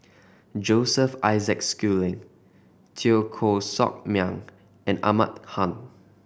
Joseph Isaac Schooling Teo Koh Sock Miang and Ahmad Khan